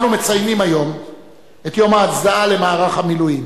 אנחנו מציינים היום את יום ההצדעה למערך המילואים,